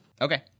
Okay